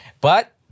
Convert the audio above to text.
But-